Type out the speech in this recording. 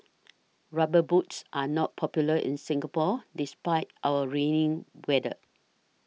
rubber boots are not popular in Singapore despite our rainy weather